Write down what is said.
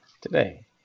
Today